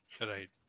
Right